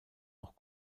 auch